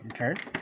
Okay